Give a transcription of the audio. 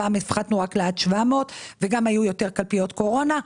הפעם הפחתנו לעד 700. גם היו יותר קלפיות קורונה.